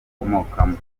bakomokamo